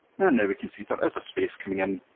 now we can see there is a space coming in